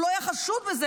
הוא לא היה חשוד בזה,